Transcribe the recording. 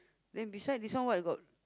then beside this one what got